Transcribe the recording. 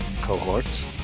cohorts